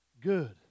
good